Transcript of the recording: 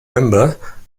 member